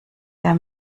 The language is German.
der